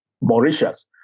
Mauritius